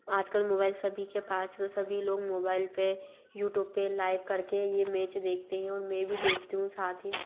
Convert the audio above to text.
आज कल मोबाइल सभी के पास तो सभी लोग मोबाइल पर यूटूप पर लाइव कर के ये मेच देखते हैं और मैं भी देखती हूँ साथ ही